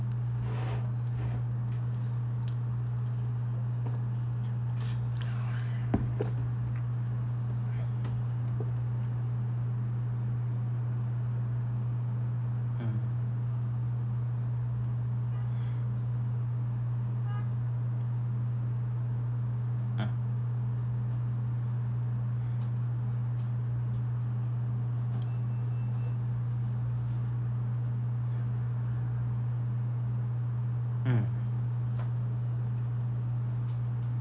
mm mm mm